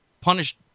punished